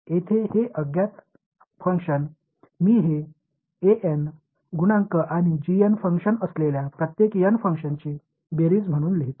येथे हे अज्ञात फंक्शन मी हे गुणांक आणि फंक्शन असलेल्या प्रत्येक n फंक्शनची बेरीज म्हणून लिहितो